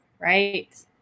Right